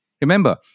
Remember